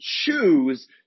choose